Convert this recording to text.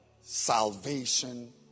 salvation